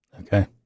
Okay